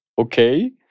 okay